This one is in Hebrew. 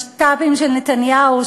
משת"פים של נתניהו,